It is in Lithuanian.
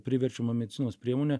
priverčiamą medicinos priemonę